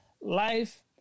life